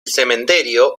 cementerio